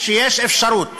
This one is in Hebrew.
שיש אפשרות